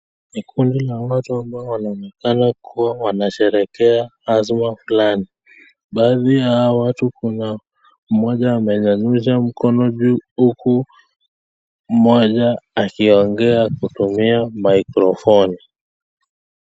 Ni kundi la watu ambao wanaonekana kuwa wanasherekea haswa fulani . Baadhi ya hao watu kuna mmoja anenyanyusha mkono juu huku mmoja akiongea kutumia mikrofoni.